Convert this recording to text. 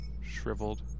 shriveled